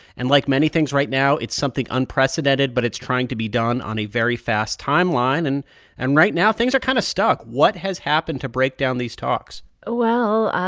and like many things right now, it's something unprecedented, but it's trying to be done on a very fast timeline. and and right now, things are kind of stuck. what has happened to break down these talks? ah well,